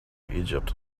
egypt